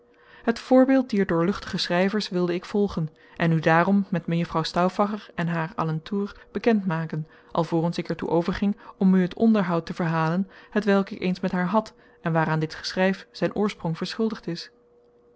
het voorbeeld dier doorluchtige schrijvers wilde ik volgen en u daarom met mejuffrouw stauffacher en haar alentours bekend maken alvorens ik er toe overging om u het onderhoud te verhalen hetwelk ik eens met haar had en waaraan dit geschrijf zijn oorsprong verschuldigd is